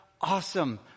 awesome